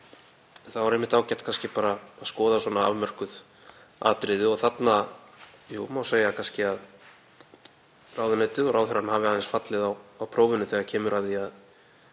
Þá er einmitt ágætt að skoða bara afmörkuð atriði þarna. Jú, það má segja kannski að ráðuneytið og ráðherrann hafi aðeins fallið á prófinu þegar kemur að því að